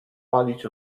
palić